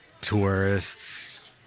tourists